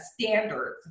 standards